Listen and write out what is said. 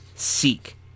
Seek